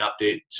update